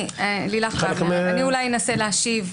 אנסה להשיב.